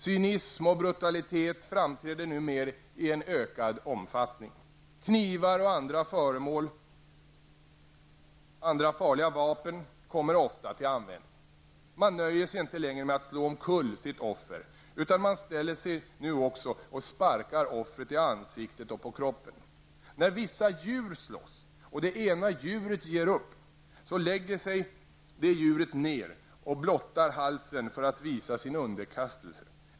Cynism och brutalitet framträder numera i ökad omfattning. Knivar och andra farliga vapen kommer ofta till användning. Man nöjer sig inte längre med att slå omkull sitt offer, utan man ställer sig nu också och sparkar offret i ansiktet och på kroppen. När vissa djur slåss och det ena djuret ger upp, så lägger det sig ned och blottar halsen för att visa sin underkastelse.